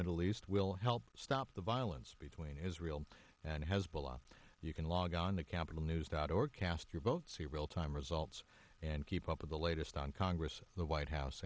middle east will help stop the violence between israel and hezbollah you can log on the capital news or cast your vote see real time results and keep up with the latest on congress the white house